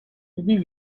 maybe